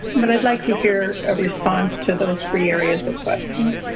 but i'd like to hear a response to those three areas of questions.